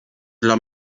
dla